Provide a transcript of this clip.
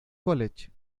college